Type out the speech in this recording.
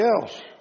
else